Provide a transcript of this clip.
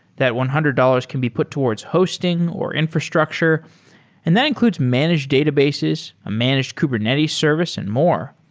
that one hundred dollars can be put towards hosting or infrastructure and that includes managed databases, a managed kubernetes service and more.